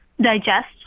digest